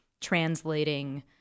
translating